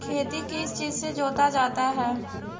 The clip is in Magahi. खेती किस चीज से जोता जाता है?